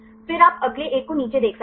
फिर आप अगले एक को नीचे देख सकते हैं